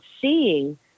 seeing